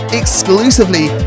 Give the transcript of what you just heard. exclusively